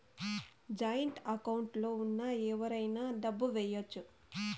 joint account లో ఉన్న ఎవరైనా డబ్బు ఏయచ్చు